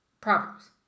Proverbs